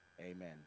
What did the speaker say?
Amen